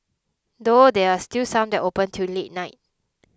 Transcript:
though there are still some that open till late night